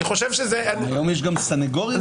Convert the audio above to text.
היום יש גם סניגורים.